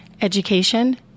education